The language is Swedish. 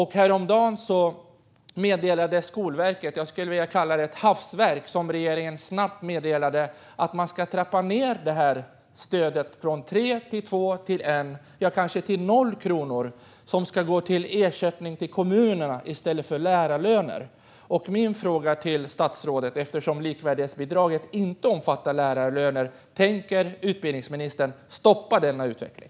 Häromdagen meddelade Skolverket något som jag skulle vilja kalla ett hafsverk, och regeringen meddelade snabbt att stödet ska trappas ned från 3 kronor till 2, 1 och kanske 0 kronor, som ska gå till ersättning till kommunerna i stället för till lärarlöner. Eftersom likvärdighetsbidraget inte omfattar lärarlöner är min fråga till statsrådet: Tänker utbildningsministern stoppa denna utveckling?